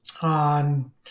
on